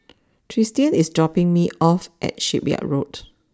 Tristian is dropping me off at Shipyard Road